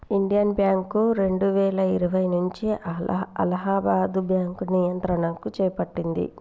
Indian bank రెండువేల ఇరవై నుంచి అలహాబాద్ బ్యాంకు నియంత్రణను చేపట్టింది